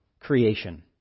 creation